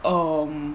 um